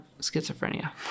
schizophrenia